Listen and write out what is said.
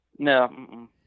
No